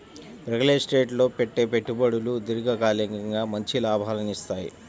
real estate లో పెట్టే పెట్టుబడులు దీర్ఘకాలికంగా మంచి లాభాలనిత్తయ్యి